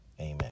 Amen